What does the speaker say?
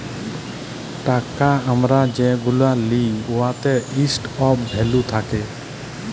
টাকা আমরা যেগুলা লিই উয়াতে ইস্টর অফ ভ্যালু থ্যাকে